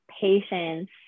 patience